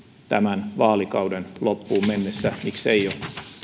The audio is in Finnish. tämän vaalikauden loppuun mennessä mikseivät jo